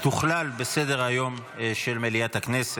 תוכלל בסדר-היום של מליאת הכנסת.